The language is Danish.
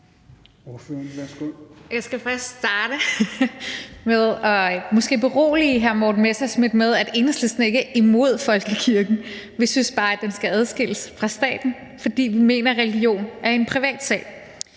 Messerschmidt med, at Enhedslisten ikke er imod folkekirken. Ved synes bare, den skal adskilles fra staten, fordi vi mener, at religion er en privat sag.